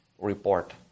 report